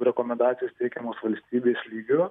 rekomendacijos teikiamos valstybės lygiu